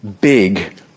big